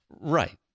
Right